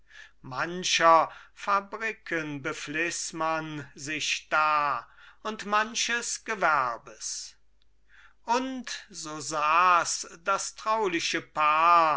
mancher fabriken befliß man sich da und manches gewerbes und so saß das trauliche paar